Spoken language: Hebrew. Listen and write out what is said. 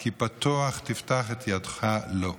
כי פתוח תפתח את ידך לו".